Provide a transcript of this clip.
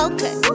Okay